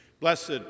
Blessed